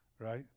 right